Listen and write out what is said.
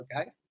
Okay